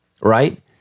right